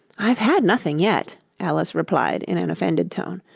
i've had nothing yet alice replied in an offended tone,